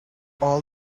all